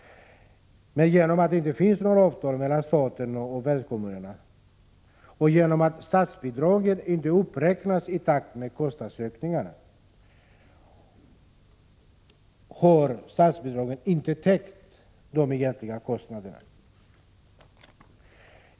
Men genom att det inte finns några avtal mellan staten och värdkommunerna och genom att statsbidragen inte uppräknats i takt med kostnadsökningarna har statsbidragen inte täckt de egentliga kostnaderna.